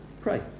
pray